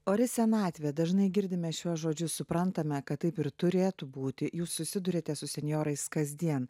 ori senatvė dažnai girdime šiuos žodžius suprantame kad taip ir turėtų būti jūs susiduriate su senjorais kasdien